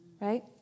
Right